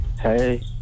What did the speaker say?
Hey